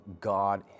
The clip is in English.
God